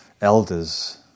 elders